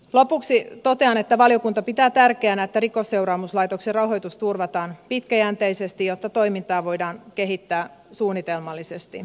lopuksi totean että valiokunta pitää tärkeänä että rikosseuraamuslaitoksen rahoitus turvataan pitkäjänteisesti jotta toimintaa voidaan kehittää suunnitelmallisesti